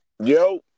Yo